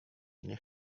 nie